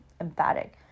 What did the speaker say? emphatic